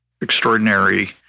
extraordinary